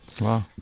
Wow